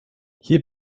hier